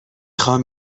خوام